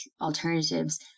alternatives